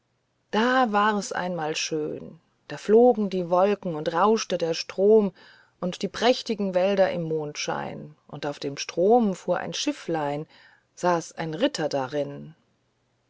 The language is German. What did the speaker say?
da aber war's einmal schön da flogen die wolken und rauschte der strom und die prächtigen wälder im mondschein und auf dem strom fuhr ein schifflein saß ein ritter darin